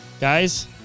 Guys